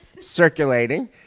circulating